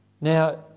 Now